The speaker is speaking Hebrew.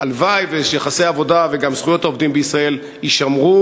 הלוואי שיחסי העבודה וגם זכויות העובדים בישראל יישמרו.